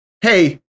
hey